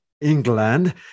England